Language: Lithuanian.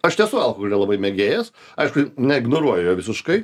aš esu alkoholio labai mėgėjas aišku neignoruoju jo visiškai